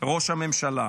ראש הממשלה.